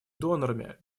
донорами